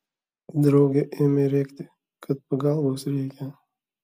draugė ėmė rėkti kad pagalbos reikia